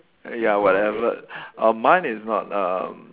ya whatever uh mine is not um